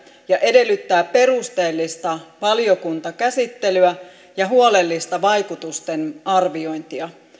ja edellyttää perusteellista valiokuntakäsittelyä ja huolellista vaikutusten arviointia